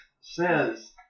says